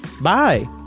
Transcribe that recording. bye